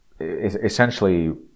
essentially